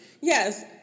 yes